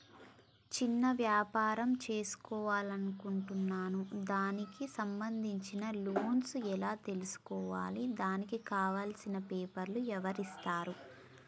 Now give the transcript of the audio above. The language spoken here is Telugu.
చిన్న వ్యాపారం చేసుకుంటాను దానికి సంబంధించిన లోన్స్ ఎలా తెలుసుకోవాలి దానికి కావాల్సిన పేపర్లు ఎవరిస్తారు?